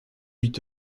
huit